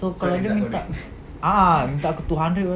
so kalau dia minta a'ah minta aku two hundred